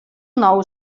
nou